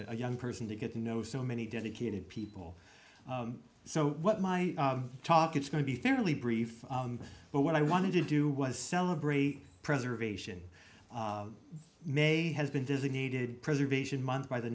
a young person to get to know so many dedicated people so what my talk it's going to be fairly brief but what i wanted to do was celebrate preservation may has been designated preservation month by the